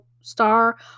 star